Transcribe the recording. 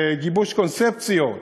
בגיבוש קונספציות,